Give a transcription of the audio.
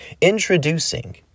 introducing